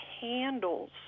handles